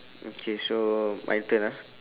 okay so my turn ah